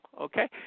okay